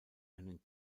einen